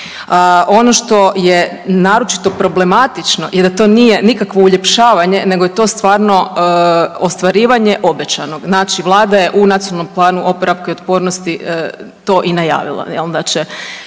Ono što je naročito problematično i da to nije nikakvo uljepšavanje nego je to stvarno ostvarivanje obećanog. Znači vlada je u NPOO-u to i najavila